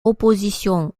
opposition